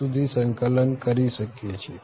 સુધી સંકલન કરી શકીએ છીએ